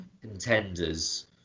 contenders